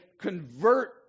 convert